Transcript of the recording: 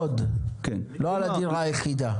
לא על הדירה היחידה.